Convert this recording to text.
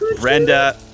Brenda